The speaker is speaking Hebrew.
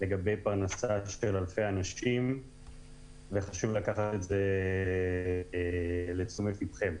לגבי פרנסה של אלפי אנשים וחשוב לקחת את זה לתשומת לבכם.